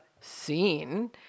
scene